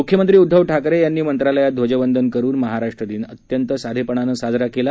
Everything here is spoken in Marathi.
मुख्यमंत्री उद्धव ठाकरे यांनी मंत्रालयात ध्वजवंदन करून महाराष्ट्र दिन अत्यंत साधेपणाने साजरा केला